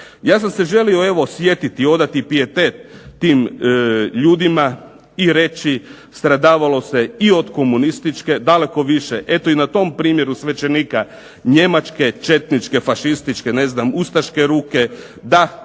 Ja sam se želio evo sjetiti, odati pijetet tim ljudima i reći stradavalo se i od komunističke, daleko više, eto i na tom primjeru svećenika, njemačke, četničke, fašističke ne znam, ustaške ruke. Da,